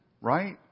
right